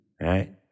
right